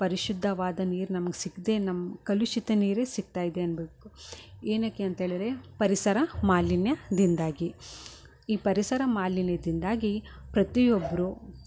ಪರಿಶುದ್ಧವಾದ ನೀರು ನಮ್ಗೆ ಸಿಗದೇ ನಮ್ಮ ಕಲುಶಿತ ನೀರೇ ಸಿಗ್ತಾಯಿದೆ ಅನ್ನಬೇಕು ಏನಕ್ಕೆ ಅಂತೇಳಿದರೆ ಪರಿಸರ ಮಾಲಿನ್ಯದಿಂದಾಗಿ ಈ ಪರಿಸರ ಮಾಲಿನ್ಯದಿಂದಾಗಿ ಪ್ರತಿಯೊಬ್ಬರು